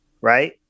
Right